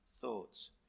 thoughts